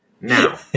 Now